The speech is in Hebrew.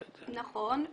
נכון.